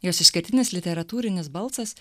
jos išskirtinis literatūrinis balsas